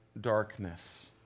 darkness